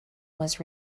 was